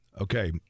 Okay